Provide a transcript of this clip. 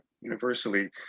universally